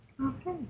Okay